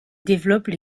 développent